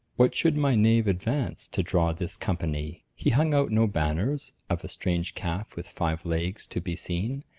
what should my knave advance, to draw this company? he hung out no banners of a strange calf with five legs to be seen,